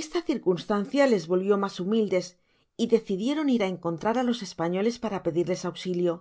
esta circunstancia les volvió mas humildes y decidieran ir á encontrar á los espartóles para pedirles auxilio